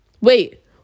Wait